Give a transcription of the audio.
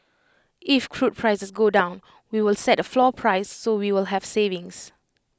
if crude prices go down we will set A floor price so we will have savings